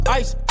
ice